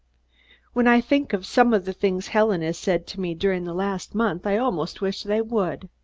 when i think of some of the things helen has said to me during the last month, i almost wish they would.